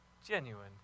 Genuine